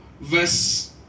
verse